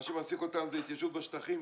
מה שמעסיק אותם זו ההתיישבות בשטחים.